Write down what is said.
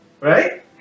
Right